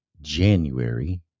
January